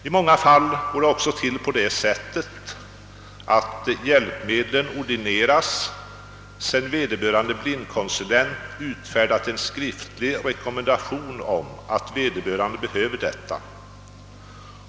I många fall går det också till så, att ett hjälpmedel ordineras sedan vederbörande blindkonsulent utfärdat en skriftlig rekommendation att vederbörande behöver det.